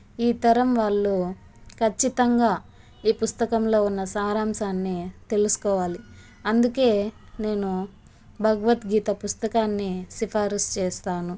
ఈ తరం వాళ్ళు ఖచ్చితంగా ఈ పుస్తకంలో ఉన్న సారాంశాన్ని తెలుసుకోవాలి అందుకే నేను భగవద్గీత పుస్తకాన్ని సిఫారిస్ చేస్తాను